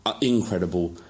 incredible